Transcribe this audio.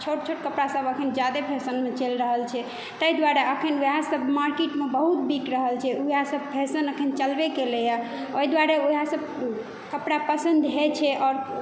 छोट छोट कपड़ा सभ अखन ज्यादे फैशनमे चलि रहल छै ताहि दुआरे अखन वएह सभ मार्केटमे बहुत बिक रहल छै इएह सभ फैशन एखन चलबे केलै यऽ ओहि दुआरे ओ सभ कपड़ा पसन्द होइ छै आओर